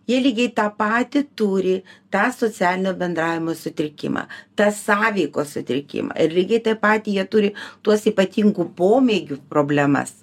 jie lygiai tą patį turi tą socialinio bendravimo sutrikimą tas sąveikos sutrikimą ir lygiai taip pat jie turi tuos ypatingų pomėgių problemas